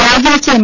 രാജിവെച്ച എം